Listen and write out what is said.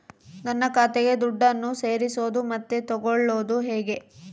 ನನ್ನ ಖಾತೆಗೆ ದುಡ್ಡನ್ನು ಸೇರಿಸೋದು ಮತ್ತೆ ತಗೊಳ್ಳೋದು ಹೇಗೆ?